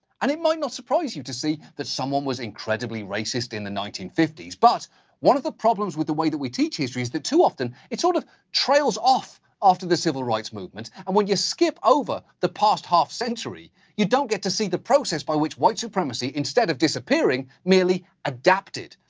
and it might not surprise you to see that someone was incredibly racist in the nineteen fifty s. but one of the problems with the way that we teach history is that too often it sort of trails off after the civil rights movement, and when you skip over the past half century, you don't get to see the protests by which white supremacy, instead of disappearing, merely adapted.